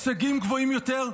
הישגים גבוהים יותר,